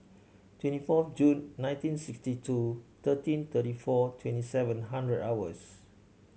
twenty four Jul nineteen sixty two thirteen thirty four twenty seven hundred hours